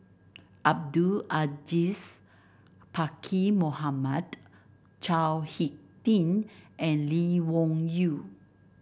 Abdul Aziz Pakkeer Mohamed Chao HicK Tin and Lee Wung Yew